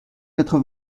quatre